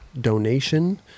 donation